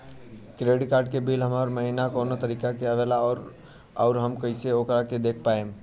Credit card के bill हर महीना कौना तारीक के आवेला और आउर हम कइसे ओकरा के देख पाएम?